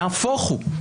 נהפוך הוא.